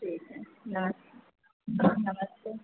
ठीक है नमस्ते नमस्ते